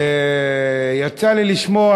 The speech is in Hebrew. יצא לי לשמוע,